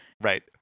right